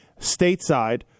stateside